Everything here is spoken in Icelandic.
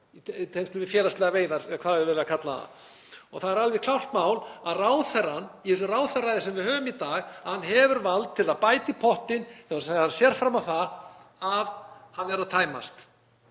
Það er alveg klárt mál að ráðherrann, í þessu ráðherraræði sem við höfum í dag, hefur vald til að bæta í pottinn ef hann sér fram á að hann er að tæmast